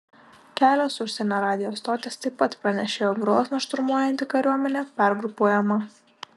kelios užsienio radijo stotys taip pat pranešė jog grozną šturmuojanti kariuomenė pergrupuojama